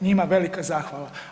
Njima velika zahvala.